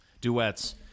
duets